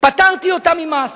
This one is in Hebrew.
פטרתי אותם ממס.